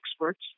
experts